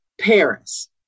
Paris